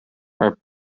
are